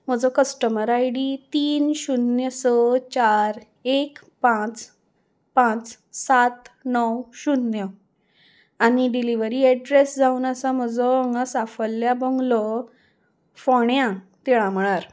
म्हजो customer I D तीन शुन्य स चार एक पांच पांच सात णव शुन्य आनी डिलिवरी एड्रेस जावन आसा म्हजो हांगा साफल्या बंगलो फोण्या तिळामळार